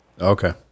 Okay